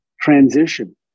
transition